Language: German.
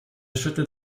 schüttelt